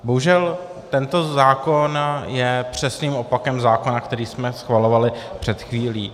Bohužel tento zákon je přesným opakem zákona, který jsme schvalovali před chvílí.